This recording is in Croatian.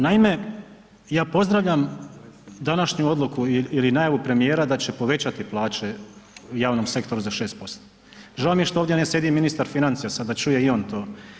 Naime, ja pozdravljam današnju odluku ili najavu premijera da će povećati plaće javnom sektoru za 6%, žao mi je što ovdje ne sjedi ministar financija sad da čuje i on to.